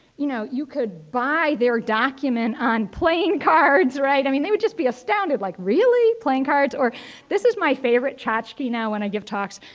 you know, you could buy their document on playing cards, right? i mean, they would just be astounded, like really, playing cards? or this is my favorite tchotchke now when i give talks.